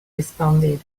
responded